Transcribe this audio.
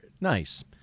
Nice